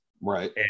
Right